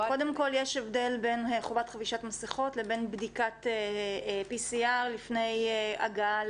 קודם כל יש הבדל בין חובת חבישת מסכות לבין בדיקת PCR לפני הגעה